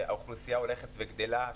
שהאוכלוסייה הולכת וגדלה,